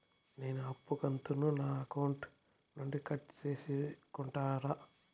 నేను అప్పు కంతును నా అకౌంట్ నుండి కట్ సేసుకుంటారా?